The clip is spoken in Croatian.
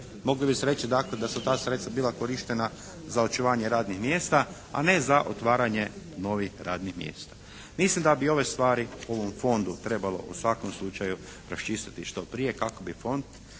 Moglo bi se reći dakle da su ta sredstva bila korištena za očuvanje radnih mjesta, a ne za otvaranje novih radnih mjesta. Mislim da bi ove stvari, u ovom fondu trebalo u svakom slučaju raščistiti što prije, kako bi fond